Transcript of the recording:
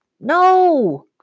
No